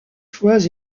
fois